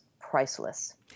priceless